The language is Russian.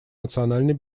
национальной